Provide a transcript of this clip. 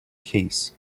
case